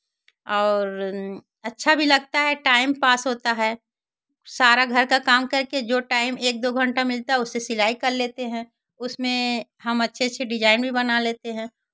और अच्छा भी लगता है टाइम पास होता है सारा घर का काम करके जो टाइम एक दो घंटा मिलता है उससे सिलाई कर लेते हैं उसमें हम अच्छे अच्छे डिज़ाइन भी बना लेते हैं